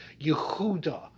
Yehuda